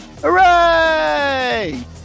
hooray